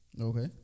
Okay